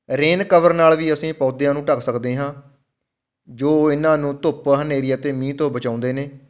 rain cover ਨਾਲ਼ ਵੀ ਅਸੀਂ ਪੌਦਿਆਂ ਨੂੰ ਢੱਕ ਸਕਦੇ ਹਾਂ ਜੋ ਇਹਨਾਂ ਨੂੰ ਧੁੱਪ ਹਨੇਰੀ ਅਤੇ ਮੀਂਹ ਤੋਂ ਬਚਾਉਂਦੇ ਨੇ